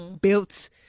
built